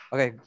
Okay